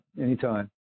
anytime